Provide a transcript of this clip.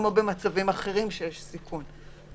כמו במצבים אחרים שיש בהם סיכון.